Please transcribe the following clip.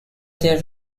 their